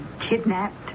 kidnapped